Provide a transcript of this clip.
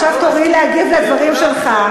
עכשיו תורי להגיב על הדברים שלך.